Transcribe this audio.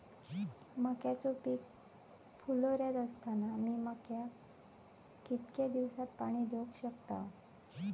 मक्याचो पीक फुलोऱ्यात असताना मी मक्याक कितक्या दिवसात पाणी देऊक शकताव?